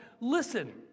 listen